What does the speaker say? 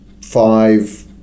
five